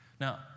Now